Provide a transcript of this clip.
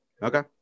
Okay